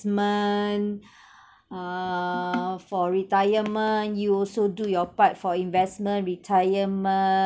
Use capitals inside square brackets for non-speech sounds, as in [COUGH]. [BREATH] err for retirement you also do your part for investment retirement